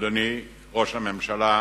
אדוני ראש הממשלה,